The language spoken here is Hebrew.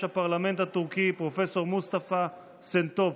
הפרלמנט הטורקי פרופ' מוסטפא סנטו,